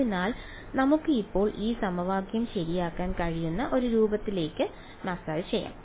അതിനാൽ നമുക്ക് ഇപ്പോൾ ഈ സമവാക്യം ശരിയാക്കാൻ കഴിയുന്ന ഒരു രൂപത്തിലേക്ക് മസാജ് ചെയ്യാം